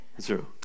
zero